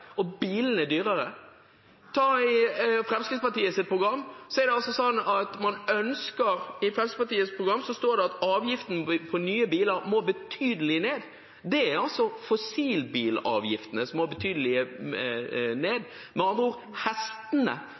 og bilene dyrere. Ta Fremskrittspartiets program. Der står det at avgiften på nye biler må betydelig ned. Det er altså fossilbilavgiftene som må betydelig ned – med andre ord hestene